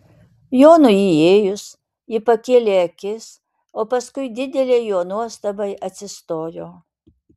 jonui įėjus ji pakėlė akis o paskui didelei jo nuostabai atsistojo